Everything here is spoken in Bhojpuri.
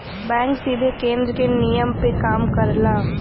बैंक सीधे केन्द्र के नियम पे काम करला